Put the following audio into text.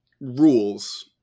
rules